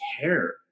care